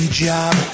job